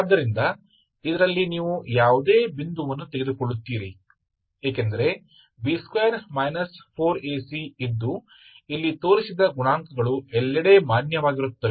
ಆದ್ದರಿಂದ ಇದರಲ್ಲಿ ನೀವು ಯಾವುದೇ ಬಿಂದುವನ್ನು ತೆಗೆದುಕೊಳ್ಳುತ್ತೀರಿ ಏಕೆಂದರೆ B2 4AC ಇದ್ದು ಇಲ್ಲಿ ತೋರಿಸಿದ ಗುಣಾಂಕಗಳು ಎಲ್ಲೆಡೆ ಮಾನ್ಯವಾಗಿರುತ್ತವೆ